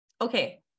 okay